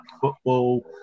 football